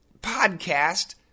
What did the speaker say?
podcast